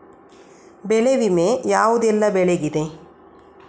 ಬೆಳೆ ವಿಮೆ ಯಾವುದೆಲ್ಲ ಬೆಳೆಗಿದೆ?